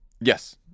Yes